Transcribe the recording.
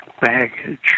baggage